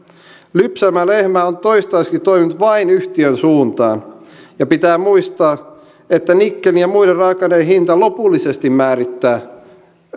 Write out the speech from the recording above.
lypsävä lehmä on toistaiseksi toiminut vain yhtiön suuntaan ja pitää muistaa että nikkelin ja muiden raaka aineiden hinta lopullisesti määrittää